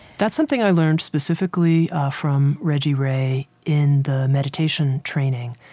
that's something i learned specifically from reggie ray in the meditation training,